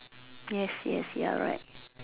yes yes you're right